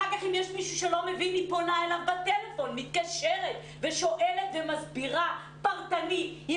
אחר כך היא פונה בטלפון למי שלא הבין ושואלת ומסבירה פרטנית.